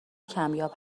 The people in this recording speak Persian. کمیاب